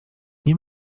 nie